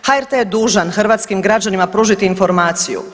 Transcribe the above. HRT je dužan hrvatskim građanima pružiti informaciju.